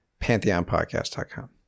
pantheonpodcast.com